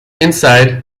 inside